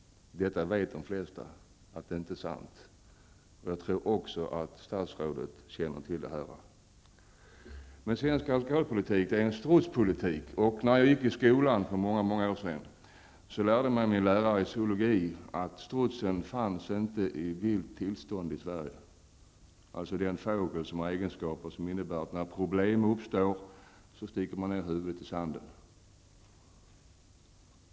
De flesta vet -- och jag tror att det gäller även statsrådet -- att det inte är sant att alkoholkonsumtionen är så låg. Den svenska alkoholpolitiken är en strutspolitik. När jag för många år sedan gick i skolan lärde mig min lärare i zoologi att strutsen inte finns i vilt tillstånd i Sverige. Strutsen är alltså den fågel som när fara hotar sticker ner huvudet i sanden.